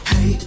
Hey